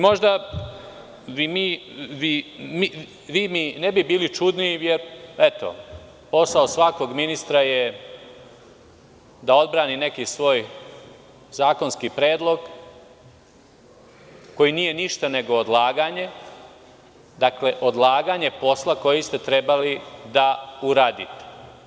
Možda mi vi ne bi bili čudni, jer eto, posao svakog ministra je da odbrani neki svoj zakonski predlog koji nije ništa nego odlaganje, dakle, odlaganje posla koji ste trebali da uradite.